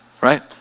Right